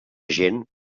gent